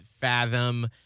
fathom